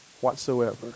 whatsoever